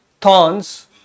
thorns